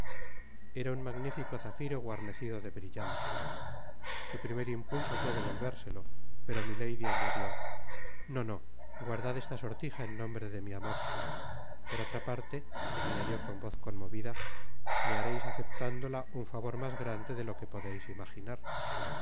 era un magnifico zafiro guarnecido de brillantes su primer impulso fué devolvérselo pero milady añadió no no guardad esta sortija en nombre de mi amor por otra parte añadió con voz conmovida me hareis aceptándola un favor mas grande de lo que podeis imaginar